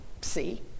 see